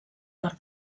per